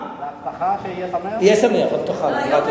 יהיה שמח, הבטחה.